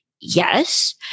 Yes